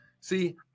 See